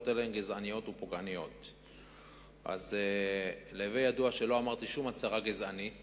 1. להווי ידוע שלא אמרתי שום הצהרה גזענית